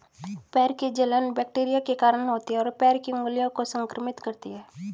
पैर की जलन बैक्टीरिया के कारण होती है, और पैर की उंगलियों को संक्रमित करती है